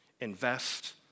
Invest